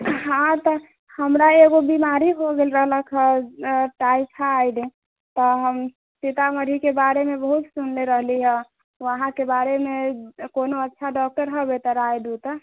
हँ तऽ हमरा एगो बीमारी हो गेल रहलक हँ टायफाइड तऽ हम सीतामढ़ीके बारेमे बहुत सुनले रहली हँ वहाँके बारेमे कोनो अच्छा डॉक्टर हेबय तऽ राय दू तऽ